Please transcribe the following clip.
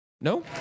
No